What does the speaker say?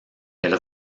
elle